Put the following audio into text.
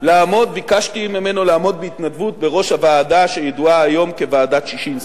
וביקשתי ממנו לעמוד בהתנדבות בראש הוועדה שידועה היום כוועדת-ששינסקי.